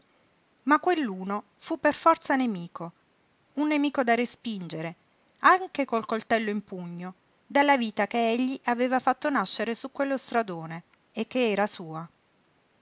ma quell'uno fu per forza nemico un nemico da respingere anche col coltello in pugno dalla vita che egli aveva fatto nascere su quello stradone e ch'era sua